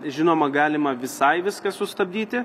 žinoma galima visai viską sustabdyti